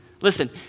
Listen